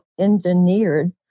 engineered